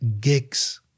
gigs